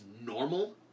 normal